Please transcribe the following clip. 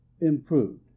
Improved